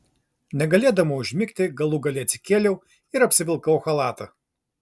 negalėdama užmigti galų gale atsikėliau ir apsivilkau chalatą